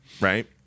Right